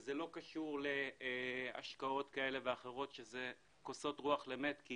וזה לא קשור להשקעות כאלו ואחרות שזה כוסות רוח למת כי